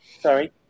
Sorry